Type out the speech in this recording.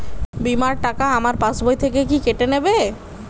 বিমার টাকা আমার পাশ বই থেকে কি কেটে নেবে?